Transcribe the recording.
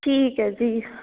ਠੀਕ ਹੈ ਜੀ